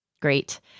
Great